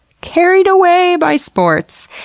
carried away by sports.